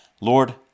Lord